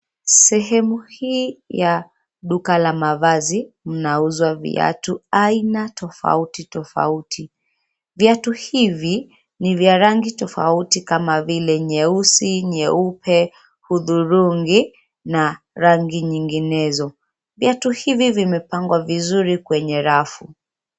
Sehemu hii ya duka la mavazi mnauzwa viatu aina tofauti tofauti. Viatu hivi ni vya rangi tofauti kama vile nyeusi, nyeupe, hudhurungi na rangi nyinginezo. Viatu hivi vimepangwa vizuri kwnye rafu.